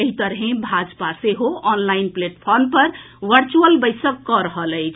एहि तरहें भाजपा सेहो ऑनलाईन प्लेटफार्म पर वर्चुअल बैसक कऽ रहल अछि